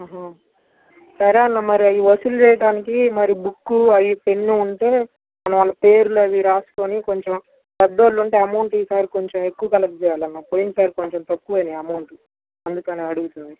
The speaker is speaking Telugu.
అహ సరే అన్నా మరి అవి వసూలు చేయడానికి మరి బుక్కు అవి పెన్ను ఉంటే మనం వాళ్ళ పేర్లు అవి వ్రాసుకొని కొంచెం పెద్దవాళ్ళు ఉంటే అమౌంట్ ఈసారి కొంచెం ఎక్కువ కలెక్ట్ చేయాలన్నా పోయినసారి కొంచెం తక్కువ అయినాయి అమౌంట్ అందుకనే అడుగుతుంది